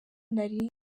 nari